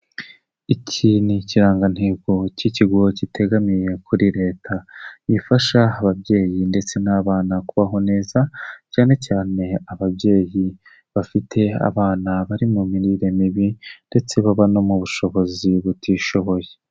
Iki ni ikirangantego cy'ikigo kitegamiye kuri Leta, gifasha ababyeyi ndetse n'abana kubaho neza, cyane cyane ababyeyi bafite abana bari mu mirire mibi ndetse baba no mu bushobozi butishoboye.